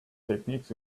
techniques